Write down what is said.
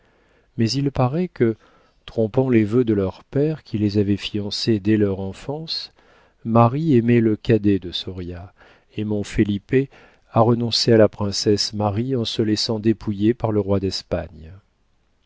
mais il paraît que trompant les vœux de leurs pères qui les avaient fiancés dès leur enfance marie aimait le cadet de soria et mon felipe a renoncé à la princesse marie en se laissant dépouiller par le roi d'espagne